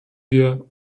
wir